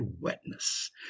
wetness